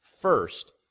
first